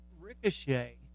Ricochet